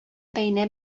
бәйнә